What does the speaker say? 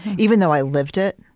even though i lived it.